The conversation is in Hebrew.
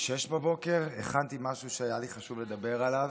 06:00 הכנתי משהו שהיה לי חשוב לדבר עליו,